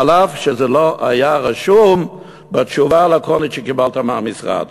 אף שזה לא היה רשום בתשובה הלקונית שקיבלת מהמשרד.